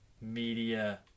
media